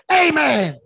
amen